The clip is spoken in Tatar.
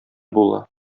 була